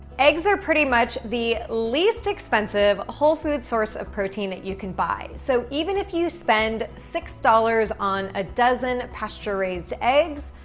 eggs are pretty much the least expensive, whole-food source of protein that you can buy. so even if you spend six dollars on a dozen pasture-raised eggs,